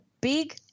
big –